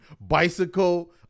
bicycle